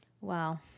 Wow